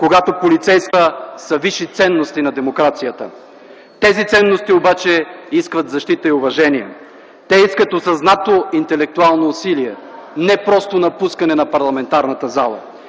и животът са висши ценности на демокрацията. Тези ценности обаче искат защита и уважение. Те искат осъзнато интелектуално усилие, не просто напускане на парламентарната зала,